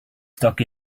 stuck